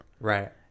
right